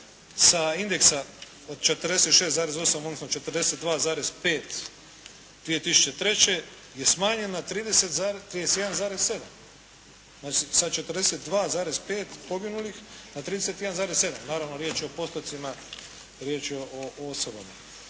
sa indeksa od 46,8 odnosno 42,5 2003. je smanjen na 31,7. Znači sa 42,5 poginulih na 31,7. Naravno riječ je o postocima, riječ je o osobama.